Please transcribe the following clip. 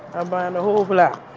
i'm buying the whole block